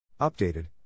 Updated